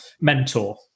mentor